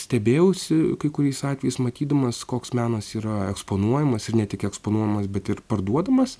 stebėjausi kai kuriais atvejais matydamas koks menas yra eksponuojamas ir ne tik eksponuojamas bet ir parduodamas